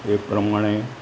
એ પ્રમાણે